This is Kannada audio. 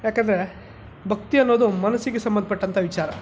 ಯಾಕಂದರೆ ಭಕ್ತಿ ಅನ್ನೋದು ಮನಸ್ಸಿಗೆ ಸಂಬಂಧಪಟ್ಟಂತ ವಿಚಾರ